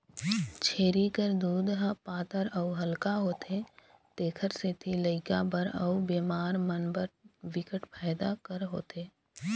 छेरी कर दूद ह पातर अउ हल्का होथे तेखर सेती लइका बर अउ बेमार मन बर बिकट फायदा कर होथे